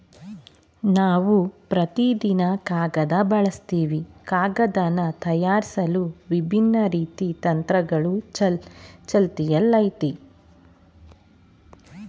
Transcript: ನಾವು ಪ್ರತಿದಿನ ಕಾಗದ ಬಳಸ್ತಿವಿ ಕಾಗದನ ತಯಾರ್ಸಲು ವಿಭಿನ್ನ ರೀತಿ ಯಂತ್ರಗಳು ಚಾಲ್ತಿಯಲ್ಲಯ್ತೆ